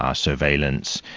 ah surveillance.